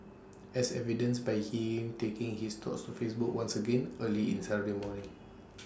as evidenced by him taking his thoughts to Facebook once again early in Saturday morning